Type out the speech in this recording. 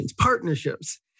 partnerships